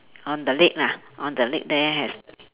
on the lake lah on the lake there has